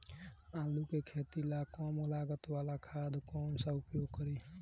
आलू के खेती ला कम लागत वाला खाद कौन सा उपयोग करी?